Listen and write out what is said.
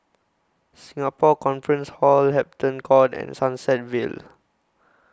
Singapore Conference Hall Hampton Court and Sunset Vale